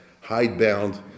hidebound